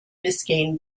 biscayne